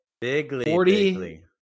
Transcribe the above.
Bigly